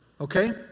Okay